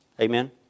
Amen